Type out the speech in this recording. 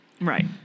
Right